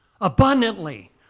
abundantly